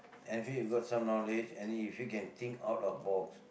and if you got some knowledge and if you can think out of box